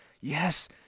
yes